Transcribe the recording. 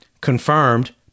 Confirmed